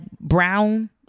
brown